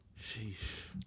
Sheesh